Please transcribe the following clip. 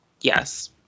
Yes